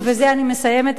ובזה אני מסיימת,